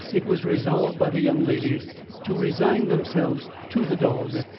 it was resolved by the young ladies to resign themselves to the dog,